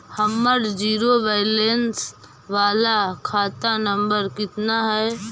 हमर zero balance बाला खाता नम्बर कितना है?